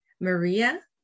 maria